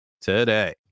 today